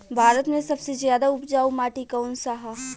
भारत मे सबसे ज्यादा उपजाऊ माटी कउन सा ह?